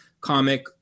comic